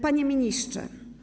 Panie Ministrze!